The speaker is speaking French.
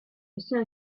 lucien